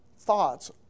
Thoughts